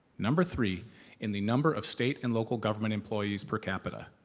number three in the number of state and local government employees per capita.